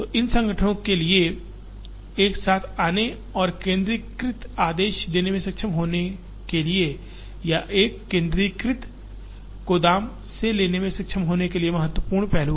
इन संगठनों के लिए एक साथ आने और केंद्रीकृत आदेश देने में सक्षम होने के लिए या एक केंद्रीकृत गोदाम से लेने में सक्षम होने के लिए महत्वपूर्ण पहलू है